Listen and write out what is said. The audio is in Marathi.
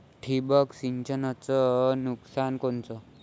ठिबक सिंचनचं नुकसान कोनचं?